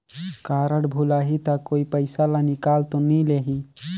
Card भुलाही ता कोई पईसा ला निकाल तो नि लेही?